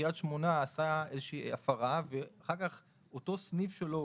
בקריית שמונה עשה איזושהי הפרה ואחר כך אותו סניף שלו